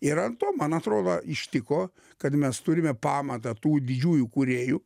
ir ant to man atrodo ištiko kad mes turime pamatą tų didžiųjų kūrėjų